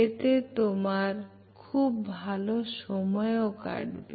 এতে তোমার খুব ভালো সময় কাটবে